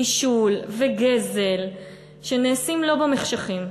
נישול וגזל שנעשים לא במחשכים,